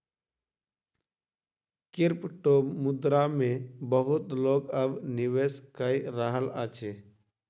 क्रिप्टोमुद्रा मे बहुत लोक अब निवेश कय रहल अछि